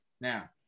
Now